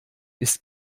ist